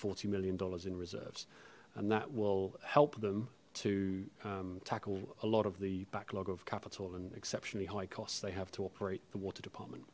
forty million dollars in reserves and that will help them to tackle a lot of the backlog of capital and exceptionally high costs they have to operate the water department